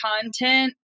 content